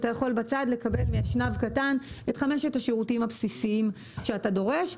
אתה יכול בצד לקבל מאשנב קטן את חמשת סוגי השירותים הבסיסיים שאתה דורש.